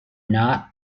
not